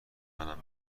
منم